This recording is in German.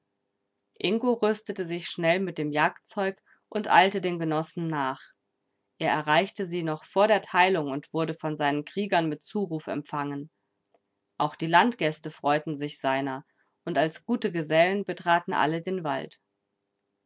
ingo rüstete sich schnell mit dem jagdzeug und eilte den genossen nach er erreichte sie noch vor der teilung und wurde von seinen kriegern mit zuruf empfangen auch die landgäste freuten sich seiner und als gute gesellen betraten alle den wald